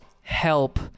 help